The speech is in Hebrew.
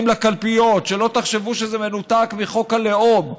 לקלפיות"; שלא תחשבו שזה מנותק מחוק הלאום,